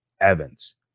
Evans